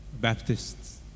Baptists